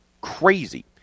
Crazy